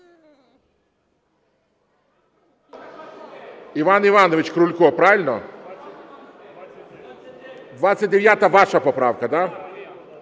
Іван Іванович Крулько, правильно? 29-а ваша поправка, да?